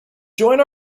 join